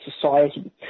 society